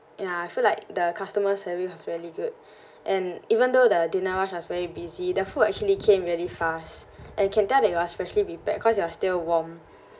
ya I feel like the customer service was really good and even though the dinner rush was very busy the food actually came really fast and can tell that it was specially packed because it was still warm